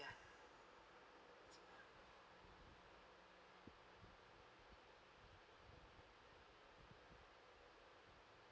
ya